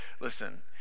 listen